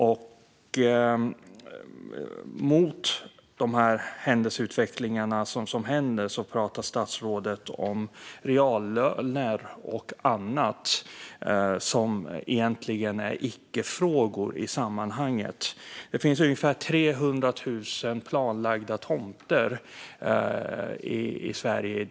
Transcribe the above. Under denna händelseutveckling pratar statsrådet om reallöner och annat som egentligen är icke-frågor i sammanhanget. Det finns ungefär 300 000 planlagda tomter i Sverige i dag.